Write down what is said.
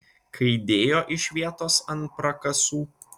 kai dėjo iš vietos ant prakasų